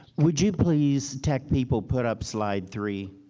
would you please tech people put up slide three?